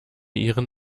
ihren